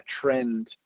trend